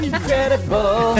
Incredible